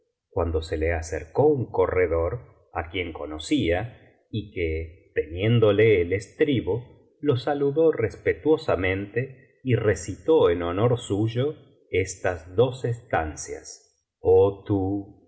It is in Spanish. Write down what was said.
cuando se le acercó un corredor á quien conocía y que teniéndole el estribo lo saludp respetuosamente y recitó en honor suyo estas dos estancias oh tú que